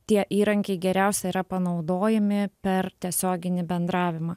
tie įrankiai geriausia yra panaudojami per tiesioginį bendravimą